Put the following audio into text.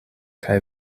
kaj